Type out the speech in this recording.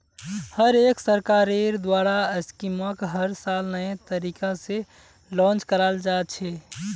हर एक सरकारेर द्वारा स्कीमक हर साल नये तरीका से लान्च कराल जा छे